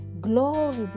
glory